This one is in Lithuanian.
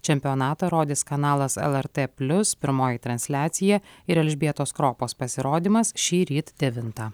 čempionatą rodys kanalas lrt plius pirmoji transliacija ir elžbietos kropos pasirodymas šįryt devintą